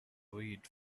weed